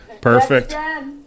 perfect